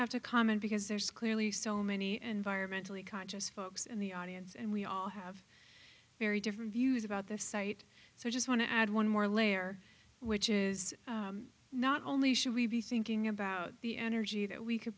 have to comment because there's clearly so many environmentalists conscious folks in the audience and we all have very different views about this site so i just want to add one more layer which is not only should we be thinking about the energy that we could